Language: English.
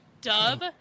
dub